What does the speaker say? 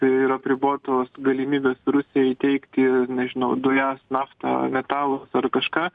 ir apribotos galimybės rusijai teikti nežinau dujas naftą metalus ar kažką